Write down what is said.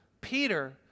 Peter